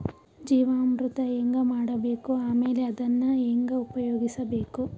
ಜೀವಾಮೃತ ಹೆಂಗ ಮಾಡಬೇಕು ಆಮೇಲೆ ಅದನ್ನ ಹೆಂಗ ಉಪಯೋಗಿಸಬೇಕು?